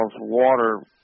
water